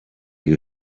you